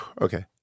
Okay